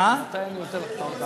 מעניין למה היא לא הספיקה.